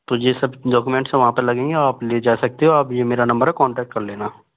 तो यह सब डाक्यूमेंट्स सब वहाँ पर लगेंगे आप ले जा सकते हो आप यह मेरा नंबर है कांटेक्ट कर लेना